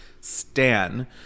Stan